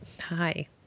Hi